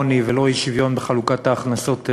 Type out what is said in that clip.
לא העוני ולא האי-שוויון בחלוקת ההכנסות.